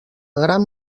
gran